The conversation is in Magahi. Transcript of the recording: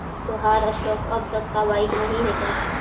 तोहार स्टॉक्स अब तक बाइक नही हैं का